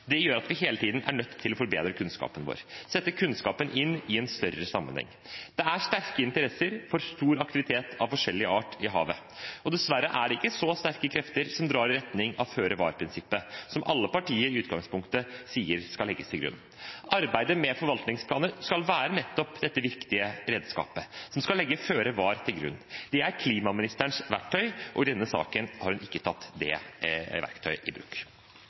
Det gjør at vi hele tiden er nødt til å forbedre kunnskapen vår, sette kunnskapen inn i en større sammenheng. Det er sterke interesser for stor aktivitet av forskjellig art i havet. Dessverre er det ikke så sterke krefter som drar i retning av føre-var-prinsippet, som alle partier i utgangspunktet sier skal legges til grunn. Arbeidet med forvaltningsplaner skal være nettopp dette viktige redskapet, som skal legge føre var til grunn. Det er klimaministerens verktøy. I denne saken har hun ikke tatt det verktøyet i bruk.